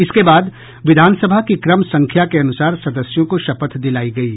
इसके बाद विधानसभा की क्रम संख्या के अनुसार सदस्यों को शपथ दिलायी गयी